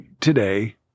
today